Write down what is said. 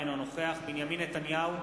אינו נוכח בנימין נתניהו,